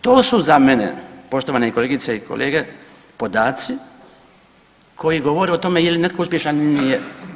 To su za mene poštovane kolegice i kolege podaci koji govore o tome je li netko uspješan ili nije.